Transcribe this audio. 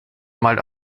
mal